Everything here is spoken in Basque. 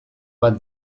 bat